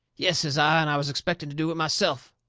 yes, says i, and i was expecting to do it myself.